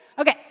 Okay